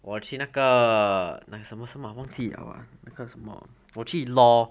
我去那个那什么什么忘记 liao ah 那个什么我去 law